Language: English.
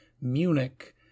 Munich